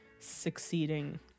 Succeeding